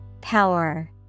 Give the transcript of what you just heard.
Power